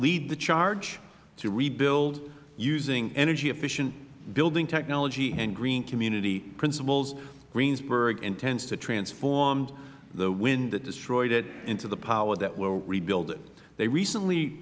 lead the charge to rebuild using energy efficient building technology and green community principles greensburg intends to transform the wind that destroyed it into the power that will rebuild it they recently